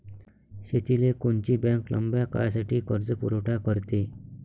शेतीले कोनची बँक लंब्या काळासाठी कर्जपुरवठा करते?